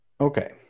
Okay